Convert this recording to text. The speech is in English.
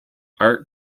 art